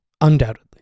Undoubtedly